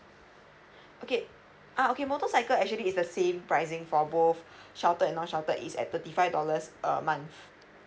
okay ah okay motorcycle actually is the same pricing for both sheltered no sheltered is at thirty five dollars a month